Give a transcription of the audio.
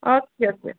okay okay